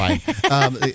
fine